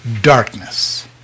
darkness